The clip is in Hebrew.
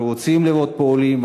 אנחנו רוצים לראות פה עולים,